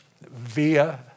via